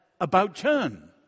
about-turn